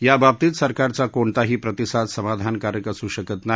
याबाबतीत सरकारचा कोणताही प्रतिसाद समाधानकारक असू शकत नाही